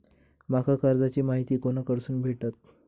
माका कर्जाची माहिती कोणाकडसून भेटात?